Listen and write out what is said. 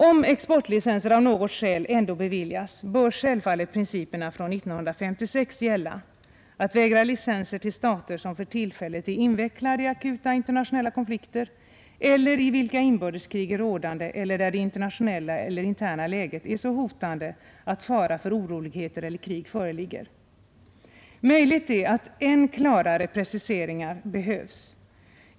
Om exportlicens av något skäl ändå beviljas bör självfallet principerna från 1956 gälla: ”att vägra licenser till stater, som för tillfället är invecklade i akuta internationella konflikter eller i vilka inbördeskrig är rådande eller där det internationella eller interna läget är så hotande, att fara för oroligheter eller krig föreligger”. Möjligt är att än klarare preciseringar behövs.